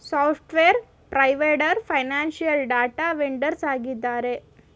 software provider, financial data vendors ಆಗಿದ್ದಾರೆ